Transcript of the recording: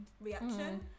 reaction